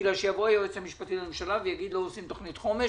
בגלל שיבוא היועץ המשפטי לממשלה ויגיד: לא עושים תוכנית חומש,